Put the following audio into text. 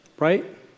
Right